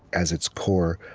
as its core,